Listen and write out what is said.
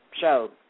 Show